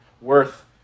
worth